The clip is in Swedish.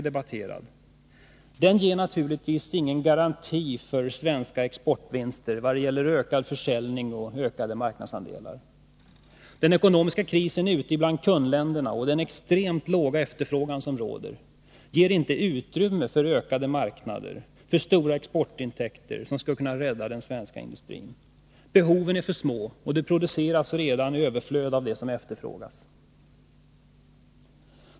Den ger naturligtvis ingen garanti för svenska exportvinster vad gäller ökad försäljning och ökade marknadsandelar. Den ekonomiska krisen ute i kundländerna och den extremt låga efterfrågan som råder ger inte utrymme för ökade marknader, för stora exportintäkter som skulle kunna rädda svensk industri. Behoven är för små, och det produceras redan ett överflöd av det som efterfrågas.